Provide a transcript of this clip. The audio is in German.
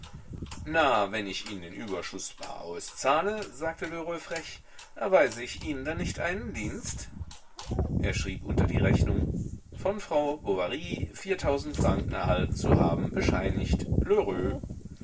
na wenn ich ihnen den überschuß bar auszahle sagte lheureux frech erweise ich ihnen dann nicht einen dienst er schrieb unter die rechnung von frau bovary viertausend franken erhalten zu haben bescheinigt